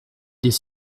des